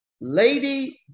Lady